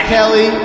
Kelly